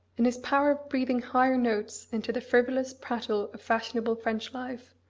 in his power of breathing higher notes into the frivolous prattle of fashionable french life,